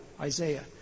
Isaiah